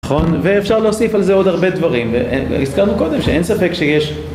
נכון, ואפשר להוסיף על זה עוד הרבה דברים, והזכרנו קודם שאין ספק שיש